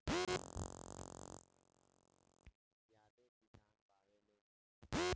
कृषि परधान देस मे ज्यादे किसान बावे लोग